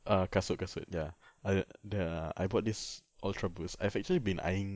err kasut kasut ya al~ the I bought this ultraboost I've actually been eyeing